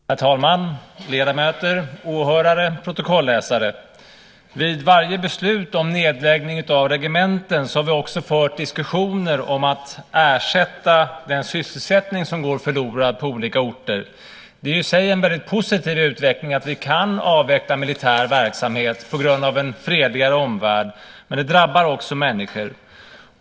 Herr talman! Ledamöter! Åhörare! Protokolläsare! Vid varje beslut om nedläggning av regementen har vi också fört diskussioner om att ersätta den sysselsättning som går förlorad på olika orter. Det är i sig en väldigt positiv utveckling att vi kan avveckla militär verksamhet på grund av en fredligare omvärld, men det drabbar också människor.